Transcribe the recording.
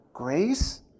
Grace